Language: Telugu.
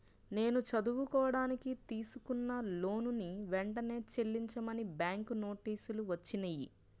నేను చదువుకోడానికి తీసుకున్న లోనుని వెంటనే చెల్లించమని బ్యాంకు నోటీసులు వచ్చినియ్యి